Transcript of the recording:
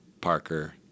Parker